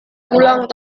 ulang